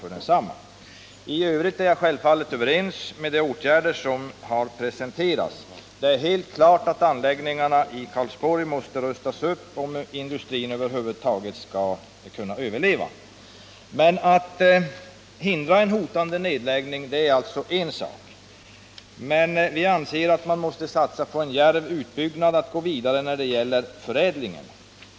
I övrigt biträder jag självfallet de förslag till åtgärder som har presenterats. Det är helt klart att anläggningarna i Karlsborg måste rustas upp om industrin över huvud taget skall kunna överleva. Att hindra en hotande nedläggning är en sak. Men vi anser att man måste satsa på en djärv utbyggnad, på att gå vidare när det gäller förädlingen.